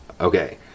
Okay